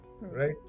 Right